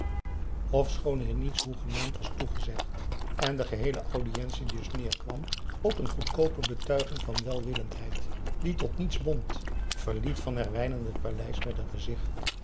ofschoon hier niets hoegenaamd was toegezegd en de geheele audientie dus neerkwam op een goedkoope bep a daum hoe hij raad van indië werd onder ps maurits tuiging van welwillendheid die tot niets bond verliet van herwijnen het paleis met een gezicht